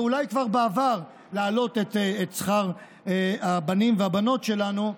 ואולי כבר בעבר להעלות את שכר הבנים והבנות שלנו,